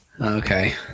okay